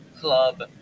Club